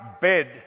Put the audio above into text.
bed